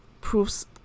proves